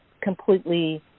completely –